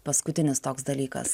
paskutinis toks dalykas